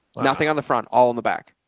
nothing on the front, all in the back.